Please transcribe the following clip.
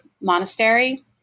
monastery